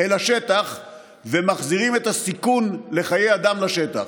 אל השטח ומחזירים את הסיכון לחיי אדם לשטח,